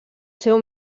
seu